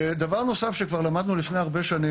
דבר נוסף שכבר למדנו לפני הרבה שנים,